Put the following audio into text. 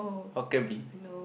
Hokkien Mee